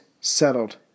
settled